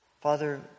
Father